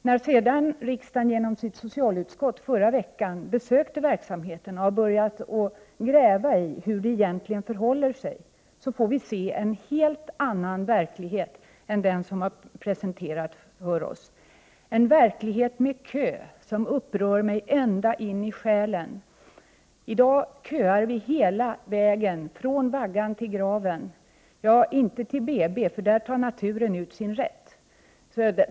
När sedan riksdagen genom sitt socialutskott förra veckan besökte verksamheten och började gräva i hur det egentligen förhåller sig i verkligheten fick vi se en helt annan verklighet än den som presenterats för oss, en verklighet med köer som upprör mig ända in i själen. I dag köar vi hela vägen från vaggan till graven, inte till BB för där tar naturen ut sin rätt.